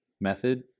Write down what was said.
method